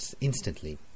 instantly